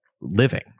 living